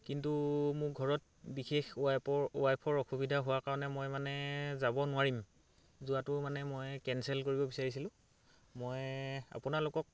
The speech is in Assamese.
কিন্তু মোৰ ঘৰত বিশেষ ৱাইপৰ ৱাইফৰ অসুবিধা হোৱাৰ কাৰণে মই মানে যাব নোৱাৰিম যোৱাটো মানে মই কেঞ্চেল কৰিব বিচাৰিছিলোঁ মই আপোনালোকক